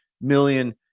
million